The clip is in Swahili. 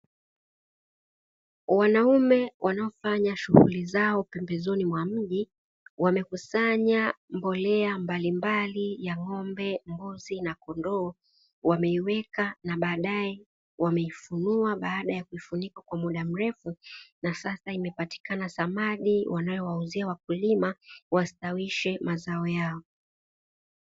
Wanaume wanaofanya shughuli zao pembezoni mwa mji, wamekusanya mbolea mbalimbali ya ng'ombe, mbuzi na kondoo. Wameiweka na baadae wameifunua baada ya kuifunika kwa muda mrefu, na sasa imepatikana samadi wanayowauzia wakulima wastawishe mazao yao.